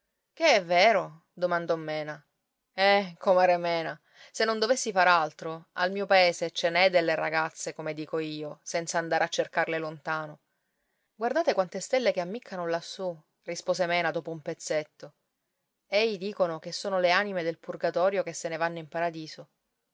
che è vero domandò mena eh comare mena se non dovessi far altro al mio paese ce n'è delle ragazze come dico io senza andare a cercarle lontano guardate quante stelle che ammiccano lassù rispose mena dopo un pezzetto ei dicono che sono le anime del purgatorio che se ne vanno in paradiso